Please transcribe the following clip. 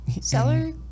Seller